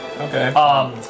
Okay